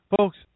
Folks